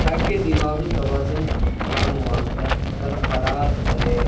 تاکہ دماغی توازن کا معاملہ برقرار رہے